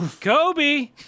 Kobe